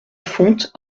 font